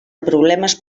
problemes